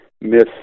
miss